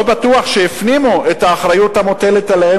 לא בטוח שהפנימו את האחריות המוטלת עליהם